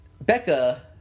Becca